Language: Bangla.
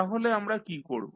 তাহলে আমরা কী করব